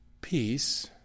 peace